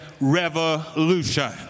revolution